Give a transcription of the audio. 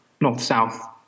North-South